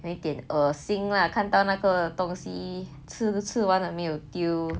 then 有点恶心啦看到那个东西吃吃完了没有丢